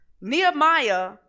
Nehemiah